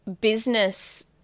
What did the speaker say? business